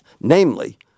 namely